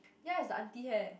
ya it's the aunty hair